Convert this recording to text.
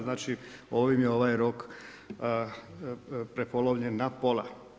Znači ovim je ovaj rok prepolovljen na pola.